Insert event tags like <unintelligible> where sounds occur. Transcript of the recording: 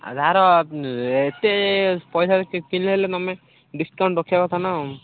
ଆଉ ଯାହାର ଏତେ ପଇସା <unintelligible> ହେଲେ ତୁମେ ଡିସକାଉଣ୍ଟ ରଖିବା କଥା ନା ଆଉ